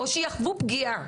או שיחוו פגיעה.